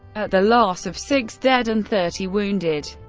at the loss of six dead and thirty wounded.